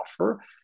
offer